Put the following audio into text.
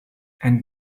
and